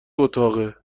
اتاقه